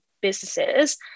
businesses